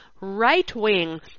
right-wing